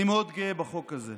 אני מאוד גאה בחוק הזה.